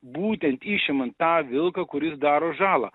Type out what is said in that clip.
būtent išimant tą vilką kuris daro žalą